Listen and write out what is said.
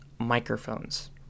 microphones